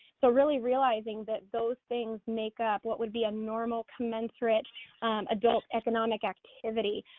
so really realizing that those things make up what would be a normal commensurate adult economic activity.